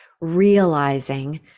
realizing